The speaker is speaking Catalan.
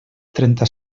trenta